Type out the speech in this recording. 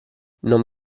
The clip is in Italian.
non